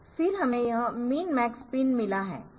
फिर हमें यह मिन मैक्स पिन मिला है